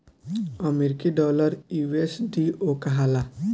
अमरीकी डॉलर यू.एस.डी.ओ कहाला